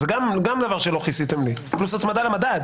זה גם דבר שלא כיסיתם לי: פלוס הצמדה למדד.